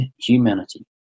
humanity